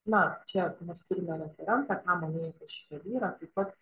na čia mes turime referentą ką manai apie šitą vyrą taip pat